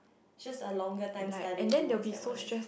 just a longer time studying towards that one as